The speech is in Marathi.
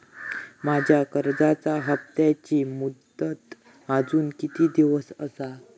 माझ्या कर्जाचा हप्ताची मुदत अजून किती दिवस असा?